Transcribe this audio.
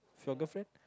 you girlfriend